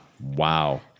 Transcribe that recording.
wow